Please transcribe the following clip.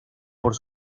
por